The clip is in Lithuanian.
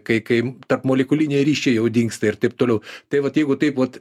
kai kai tarpmolekuliniai ryšiai jau dingsta ir taip toliau tai vat jeigu taip vat